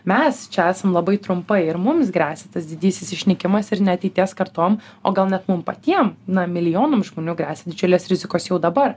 mes čia esam labai trumpai ir mums gresia tas didysis išnykimas ir ne ateities kartom o gal net mum patiem na milijonams žmonių gresia didžiulės rizikos jau dabar